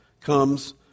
comes